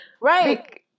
right